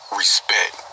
respect